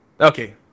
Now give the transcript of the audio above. Okay